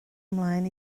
mlaen